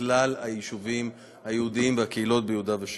בכלל היישובים היהודיים והקהילות ביהודה ושומרון.